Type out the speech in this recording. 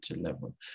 level